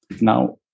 Now